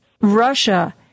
Russia